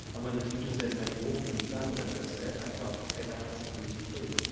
and when the teacher said, now you won't understand what i've just said, i thought, ok, that has to be true.